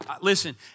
listen